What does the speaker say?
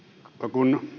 kun